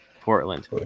Portland